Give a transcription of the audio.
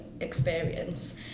experience